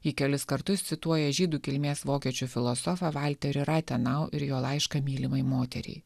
ji kelis kartus cituoja žydų kilmės vokiečių filosofą valterį ratenau ir jo laišką mylimai moteriai